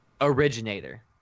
originator